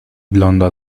blondo